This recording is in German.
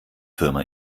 firma